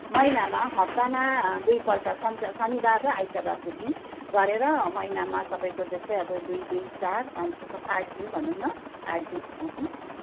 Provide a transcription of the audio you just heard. महिनामा हप्तामा दुईपल्ट सन्च शनिबार र आइतबारको दिन गरेर महिनामा तपाईँको जस्तै अब दुई दुई चार पाँच छ सात आठ दिन भनौँ न आठ दिन सिकाउँछौँ